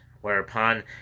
whereupon